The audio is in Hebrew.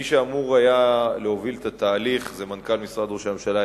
מי שאמור היה להוביל את התהליך זה מנכ"ל משרד ראש הממשלה,